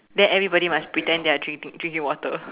then everybody must pretend they are drink drinking water